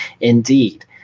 indeed